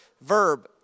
verb